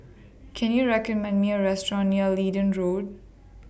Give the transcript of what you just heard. Can YOU recommend Me A Restaurant near Leedon Road